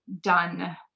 done